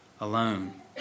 alone